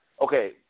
okay